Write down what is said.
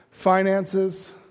finances